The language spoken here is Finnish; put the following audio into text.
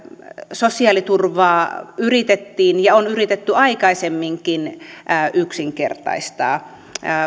sosiaaliturvaa yritettiin ja on yritetty aikaisemminkin yksinkertaistaa